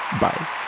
Bye